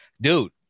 dude